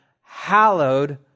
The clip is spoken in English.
hallowed